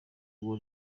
ngo